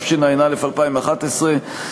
התשע"א 2011,